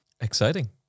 Exciting